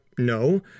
No